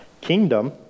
Kingdom